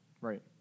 Right